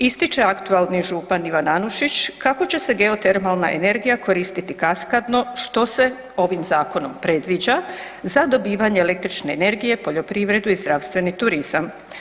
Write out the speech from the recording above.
Ističe aktualni župan Ivan Anušić kako će se geotermalna energija koristiti kaskadno što se ovim zakonom predviđa za dobivanje električne energije, poljoprivredu i zdravstveni turizam.